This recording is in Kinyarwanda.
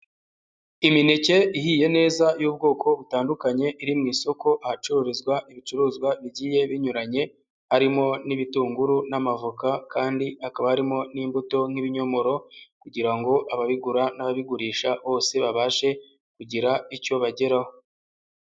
Imineke ihiye neza y'ubwoko butandukanye iri mu isoko ahacururizwa ibicuruzwa bigiye binyuranye, harimo n'ibitunguru, n'amavoka kandi hakaba harimo n'imbuto nk'ibinyomoro, kugira ngo ababigura n'ababigurisha bose babashe kugira icyo bageraho.